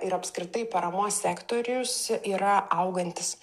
ir apskritai paramos sektorius yra augantis